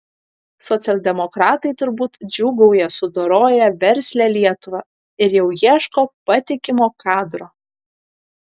socialdemokratai turbūt džiūgauja sudoroję verslią lietuvą ir jau ieško patikimo kadro